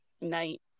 night